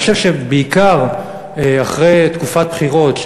אני חושב שבעיקר אחרי תקופת בחירות,